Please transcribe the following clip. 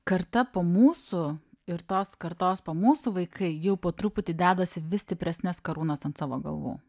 karta po mūsų ir tos kartos po mūsų vaikai jau po truputį dedasi vis stipresnes karūnas ant savo galvų